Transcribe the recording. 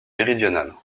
méridionale